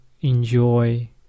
enjoy